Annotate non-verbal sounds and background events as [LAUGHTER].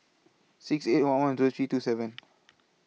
six eight one one Zero three two seven [NOISE]